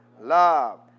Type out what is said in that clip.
love